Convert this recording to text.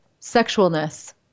sexualness